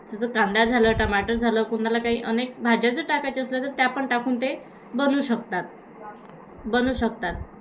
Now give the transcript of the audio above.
जसं कांदा झालं टमाटर झालं कुणाला काही अनेक भाज्या जर टाकायचे असलं तर त्या पण टाकून ते बनू शकतात बनू शकतात